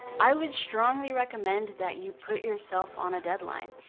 i would strongly recommend that you put yourself on a deadline.